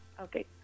Okay